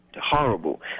horrible